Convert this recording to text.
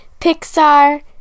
Pixar